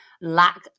lack